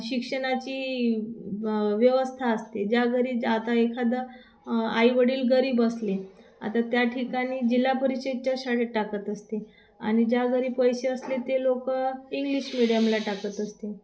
शिक्षणाची व्यवस्था असते ज्या घरी ज आता एखादं आई वडील गरीब असले आता त्या ठिकाणी जिल्हा परिषदेच्या शाळेत टाकत असते आणि ज्या घरी पैसे असले ते लोकं इंग्लिश मिडियमला टाकत असते